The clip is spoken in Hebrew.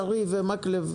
יריב ומקלב,